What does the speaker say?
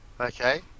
Okay